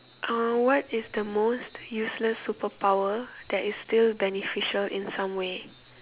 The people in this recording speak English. uh what is the most useless superpower that is still beneficial in some way